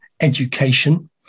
education